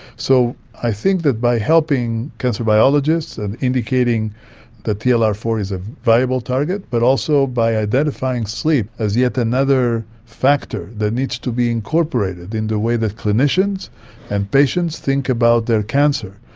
so i think that by helping cancer biologists and indicating that t l r four is a viable target but also by identifying sleep as yet another factor that needs to be incorporated in the way that clinicians and patients think about their cancer,